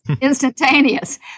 instantaneous